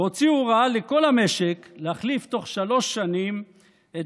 והוציאו הוראה לכל המשק להחליף תוך שלוש שנים את